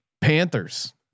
Panthers